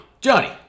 Johnny